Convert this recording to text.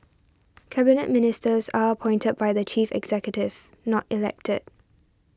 Cabinet Ministers are appointed by the chief executive not elected